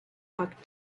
packed